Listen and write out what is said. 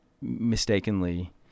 mistakenly